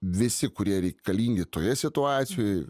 visi kurie reikalingi toje situacijoj